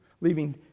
leaving